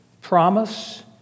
promise